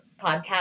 podcast